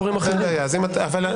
אז אמרתי.